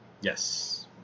Yes